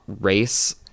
race